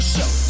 Show